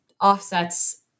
offsets